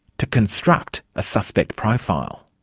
to construct a suspect profile.